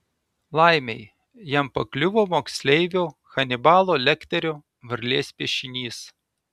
laimei jam pakliuvo moksleivio hanibalo lekterio varlės piešinys